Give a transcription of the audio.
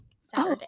Saturday